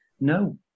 no